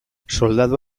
soldadu